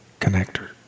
connector